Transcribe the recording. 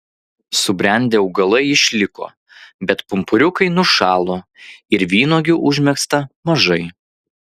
subrendę augalai išliko bet pumpuriukai nušalo ir vynuogių užmegzta mažai